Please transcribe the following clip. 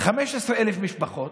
15,000 משפחות,